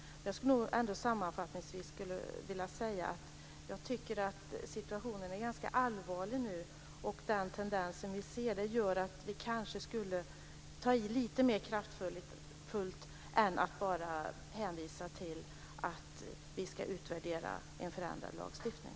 Jag skulle sammanfattningsvis vilja säga att jag tycker att situationen är ganska allvarlig nu. Den tendens vi ser gör att vi kanske skulle behöva ta i lite mer kraftfullt än att bara hänvisa till att vi ska utvärdera en förändrad lagstiftning.